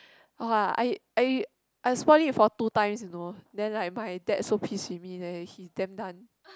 !wah! I I I spoil it for two times you know then like my dad so piss with me then he is damn done